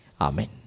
Amen